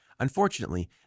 Unfortunately